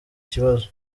kibazo